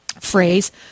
phrase